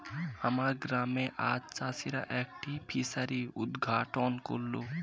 আমার গ্রামে আজ চাষিরা একটি ফিসারি উদ্ঘাটন করল